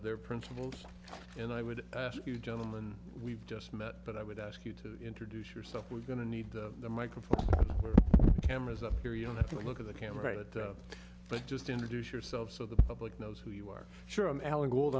their principles and i would ask you gentleman we've just met but i would ask you to introduce yourself we're going to need the microphone cameras up here you don't have to look at the camera but just introduce yourself so the public knows who you are sure i'm alan gold